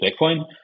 Bitcoin